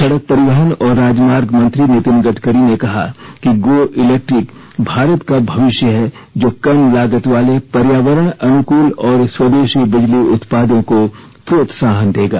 सड़क परिवहन और राजमार्ग मंत्री नितिन गडकरी ने कहा कि गो इलैक्ट्रिक भारत का भविष्य है जो कम लागत वाले पर्यावरण अनुकूल और स्वदेशी बिजली उत्पादों को प्रोत्साहन देगा